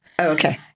Okay